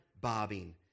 bobbing